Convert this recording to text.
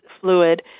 fluid